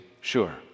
sure